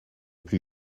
plus